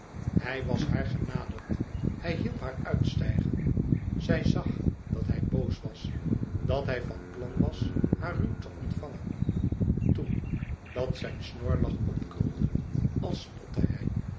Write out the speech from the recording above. hij was haar genaderd hij hielp haar uitstijgen zij zag dat hij boos was dat hij van plan was haar ruw te ontvangen toen dat zijn snorlach opkrulde als spotte hij